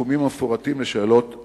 בתחומים המפורטים בשאלות האו"ם?